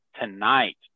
tonight